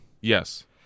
Yes